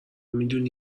میدونی